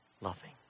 loving